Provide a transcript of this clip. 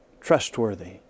trustworthy